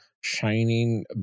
shining